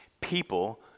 People